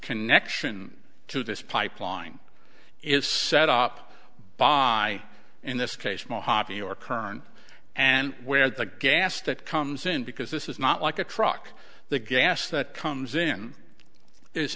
connection to this pipeline is set up by in this case mojave your current and where the gas that comes in because this is not like a truck the gas that comes in